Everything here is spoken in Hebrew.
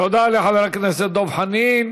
תודה לחבר הכנסת דב חנין.